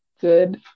good